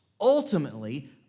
ultimately